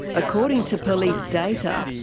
according to police data,